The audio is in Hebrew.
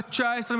בת 19,